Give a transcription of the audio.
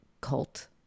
cult